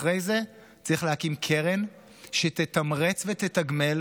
אחרי זה צריך להקים קרן שתתמרץ ותתגמל